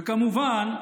וכמובן,